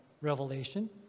revelation